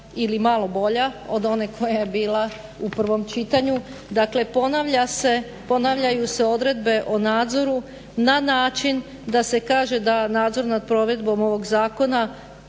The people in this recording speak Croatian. ili malo bolja od one koja je bila u prvom čitanju. Dakle, ponavljaju se odredbe o nadzoru na način da se kaže da nadzor nad provedbom ovog zakona